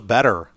Better